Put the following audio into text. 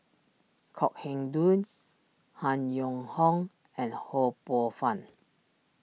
Kok Heng Leun Han Yong Hong and Ho Poh Fun